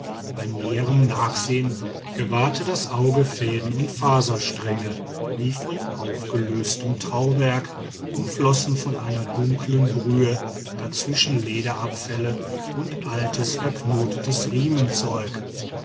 bei näherem nachsehen gewahrte das auge fäden und faserstränge wie von aufgelöstem tauwerk umflossen von einer dunkeln brühe dazwischen lederabfälle und altes verknotetes riemenzeug